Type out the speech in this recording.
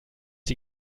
die